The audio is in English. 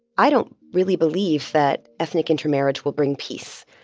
i don't really believe that ethnic intermarriage will bring peace.